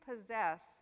possess